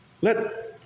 let